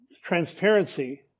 transparency